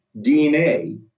DNA